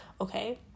okay